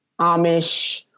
Amish